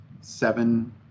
seven